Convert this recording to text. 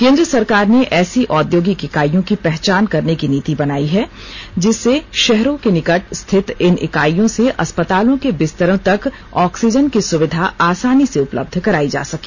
केन्द्र सरकार ने ऐसी औद्योगिक इकाइयों की पहचान करने की नीति बनाई जा रही है जिससे शहरों के निकट स्थित इन इकाइयों से अस्पतालों के बिस्तरों तक ऑक्सीजन की सुविधा आसानी से उपलब्ध कराई जा सके